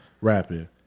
rapping